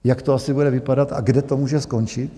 Jak to asi bude vypadat a kde to asi může skončit?